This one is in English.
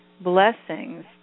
blessings